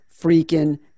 freaking